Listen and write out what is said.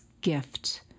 gift